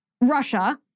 Russia